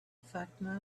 fatima